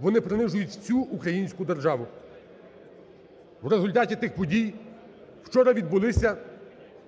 вони принижують всю українську державу. В результаті тих подій вчора відбулися